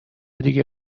دیگه